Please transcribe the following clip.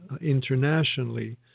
internationally